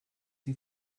die